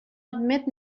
admet